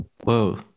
whoa